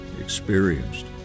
experienced